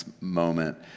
moment